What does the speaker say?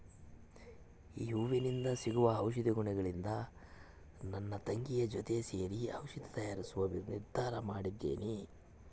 ಈ ಹೂವಿಂದ ಸಿಗುವ ಔಷಧಿ ಗುಣಗಳಿಂದ ನನ್ನ ತಂಗಿಯ ಜೊತೆ ಸೇರಿ ಔಷಧಿ ತಯಾರಿಸುವ ನಿರ್ಧಾರ ಮಾಡಿದ್ದೇನೆ